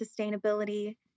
sustainability